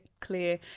clear